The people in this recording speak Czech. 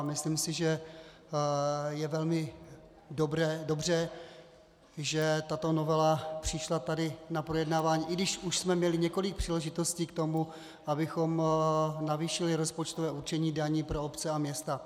Myslím si, že je velmi dobře, že tato novela přišla tady na projednávání, i když už jsme měli několik příležitostí k tomu, abychom navýšili rozpočtové určení daní pro obce a města.